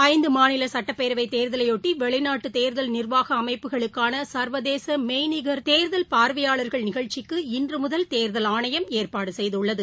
ஐந்தமாநிலசட்டப்பேரவைதேர்தலையொட்டிவெளிநாட்டுதேர்தல் நிர்வாகஅமைப்புகளுக்கானசர்வதேசமெய்நிகர் தேர்தல் பார்வையாளர்கள் நிகழ்ச்சிக்கு இன்றமுதல் தேர்தல் ஆணையம் ஏற்பாடுகள் செய்துள்ளது